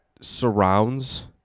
surrounds